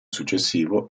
successivo